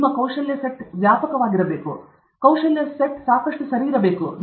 ನಿಮ್ಮ ಕೌಶಲ್ಯ ಸೆಟ್ ಎಲ್ಲಾ ವ್ಯಾಪಕವಾಗಿರಬೇಕು ಕೌಶಲ್ಯ ಸೆಟ್ ಸಾಕಷ್ಟು ಸರಿ ಇರಬೇಕು ಆದ್ದರಿಂದ ಅಶ್ಲೀಲತೆಯ ಅಪಾಯ ಸರಿಯಲ್ಲ